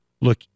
look